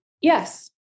Yes